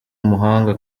umuhanga